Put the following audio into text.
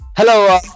Hello